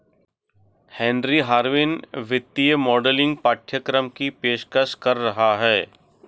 Henry Harvin वित्तीय modelling पाठ्यक्रम की पेशकश कर रहा हैं